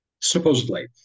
Supposedly